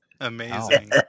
amazing